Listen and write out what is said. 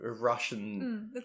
Russian